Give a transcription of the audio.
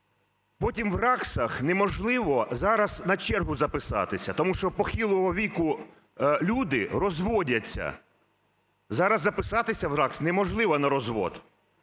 Потім в РАГСах неможливо зараз на чергу записатися, тому що похилого віку люди розводяться. Зараз записатися в РАГС неможливо на розвод.